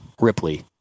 ripley